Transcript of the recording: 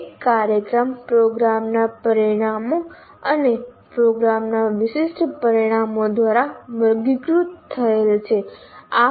એક કાર્યક્રમ પ્રોગ્રામના પરિણામો અને પ્રોગ્રામના વિશિષ્ટ પરિણામો દ્વારા વર્ગીકૃત થયેલ છે